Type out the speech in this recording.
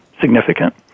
significant